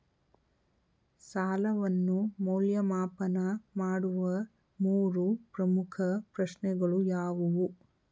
ಸಾಲವನ್ನು ಮೌಲ್ಯಮಾಪನ ಮಾಡುವ ಮೂರು ಪ್ರಮುಖ ಪ್ರಶ್ನೆಗಳು ಯಾವುವು?